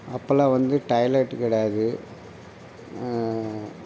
அப்பெல்லாம் வந்து டைலெட்டு கிடையாது